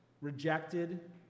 rejected